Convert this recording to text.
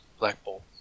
Blackbolt